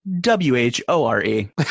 W-H-O-R-E